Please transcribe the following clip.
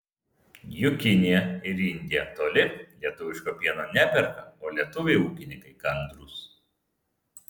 juk kinija ir indija toli lietuviško pieno neperka o lietuviai ūkininkai kantrūs